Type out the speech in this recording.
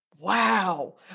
Wow